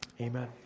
Amen